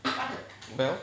well